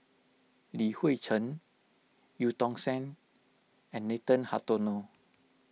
Li Hui Cheng Eu Tong Sen and Nathan Hartono